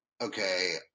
okay –